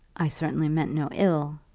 i certainly meant no ill,